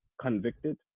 convicted